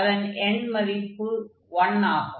அதன் எண்மதிப்பும் 1 ஆகும்